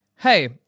Hey